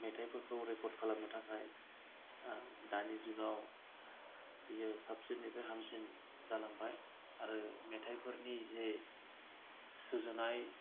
मेथायफोरखौ रेकर्ड खालामनो थाखाय दानि जुगआव बियो साबसिनिफ्राय हामसिन जालांबाय आरो मेथाय फोरनि जे सुजुनाय